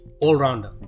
all-rounder